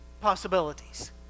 possibilities